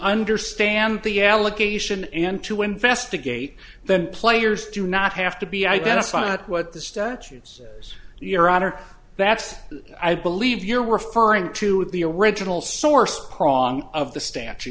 understand the allegation and to investigate then players do not have to be identified that what the statues your honor that's i believe you're referring to the original source prong of the statu